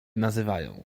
nazywają